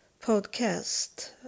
podcast